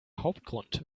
hauptgrund